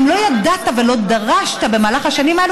אם לא ידעת ולא דרשת במהלך השנים האלה,